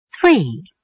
Three